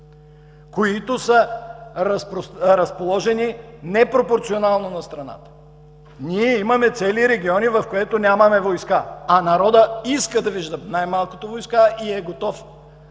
които са разположени непропорционално в страната“! Ние имаме цели региони, в които нямаме войска, а народът иска да вижда, най-малкото, войска и е готов